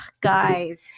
guys